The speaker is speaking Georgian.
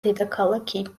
დედაქალაქი